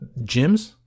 gyms